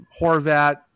Horvat